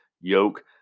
yoke